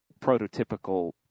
prototypical